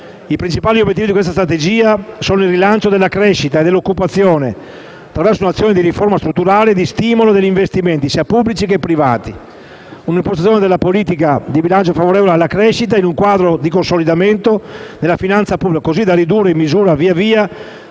I principali obiettivi di questa strategia sono il rilancio della crescita e dell'occupazione, attraverso un'azione di riforma strutturale e di stimolo agli investimenti, sia pubblici che privati, un'impostazione della politica di bilancio favorevole alla crescita, in un quadro di consolidamento delle finanze pubbliche, così da ridurre in misura via via